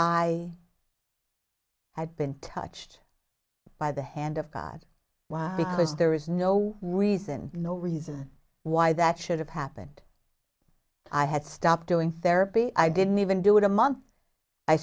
i had been touched by the hand of god why because there is no reason no reason why that should have happened i had stopped doing therapy i didn't even do it a month i